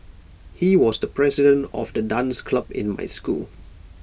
he was the president of the dance club in my school